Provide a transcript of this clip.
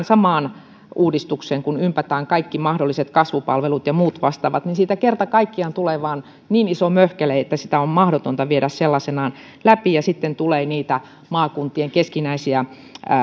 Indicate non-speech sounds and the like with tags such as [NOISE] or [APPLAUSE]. [UNINTELLIGIBLE] samaan uudistukseen kun ympätään kaikki mahdolliset kasvupalvelut ja muut vastaavat niin siitä kerta kaikkiaan tulee vain niin iso möhkäle että sitä on mahdotonta viedä sellaisenaan läpi sitten tulee maakuntien keskinäisiä